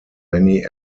many